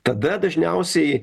tada dažniausiai